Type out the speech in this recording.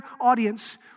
audience